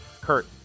Kurt